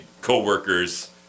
coworkers